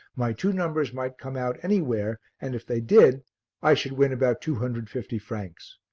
my two numbers might come out anywhere and if they did i should win about two hundred fifty francs.